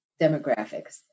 demographics